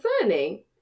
concerning